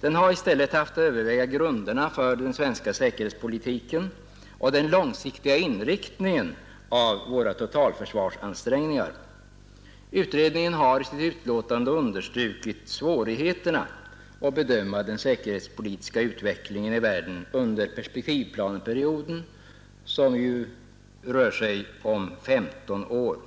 Den har i stället haft att överväga grunderna för den svenska säkerhetspolitiken och den långsiktiga inriktningen av våra totalförsvarsansträngningar. Utredningen har i sitt utlåtande understrukit svårigheterna att bedöma den säkerhetspolitiska utvecklingen i världen under perspektivplanperioden, som omfattar 15 år.